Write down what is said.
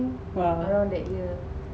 !wah!